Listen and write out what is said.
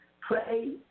Pray